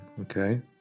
okay